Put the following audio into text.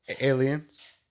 aliens